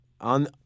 On